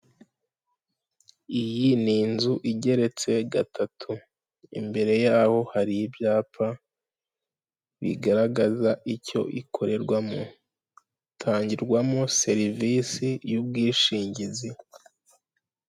Iyi ni inzu igeretse gatatu. Imbere yaho hari ibyapa bigaragaza icyo ikorerwamo. Itangirwamo serivisi y'ubwishingizi.